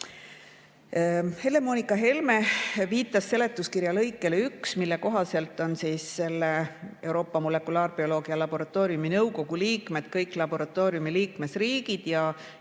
Helle-Moonika Helme viitas seletuskirja lõikele 1, mille kohaselt on Euroopa Molekulaarbioloogia Laboratooriumi nõukogu liikmed kõik laboratooriumi liikmesriigid ja